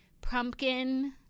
Pumpkin